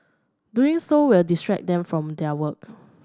doing so will distract them from their work